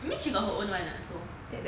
maybe she got her own [one] lah so